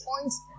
points